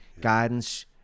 guidance